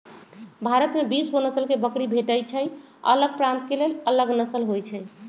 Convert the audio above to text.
भारत में बीसगो नसल के बकरी भेटइ छइ अलग प्रान्त के लेल अलग नसल होइ छइ